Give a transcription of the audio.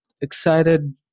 excited